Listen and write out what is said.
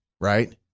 right